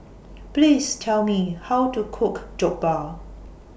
Please Tell Me How to Cook Jokbal